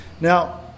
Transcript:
Now